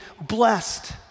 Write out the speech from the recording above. blessed